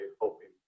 hoping